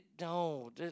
No